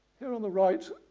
here on the right,